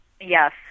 Yes